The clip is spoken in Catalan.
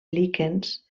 líquens